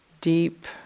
deep